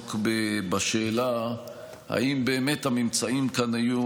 לעסוק בשאלה אם באמת הממצאים כאן היו